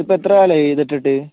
ഇപ്പോൾ എത്ര കാലാമായി ഇതിട്ടിട്ട്